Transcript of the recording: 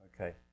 Okay